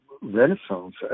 renaissance